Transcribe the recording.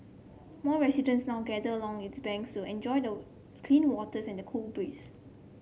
more residents now gather long its banks to enjoy the clean waters and the cool breeze